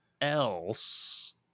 else